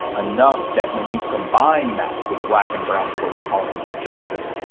enough that when you combine that with black and brown folks calling for justice,